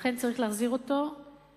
ולכן צריך להחזיר אותו,